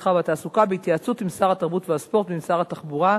המסחר והתעסוקה בהתייעצות עם שר התרבות והספורט ועם שר התחבורה,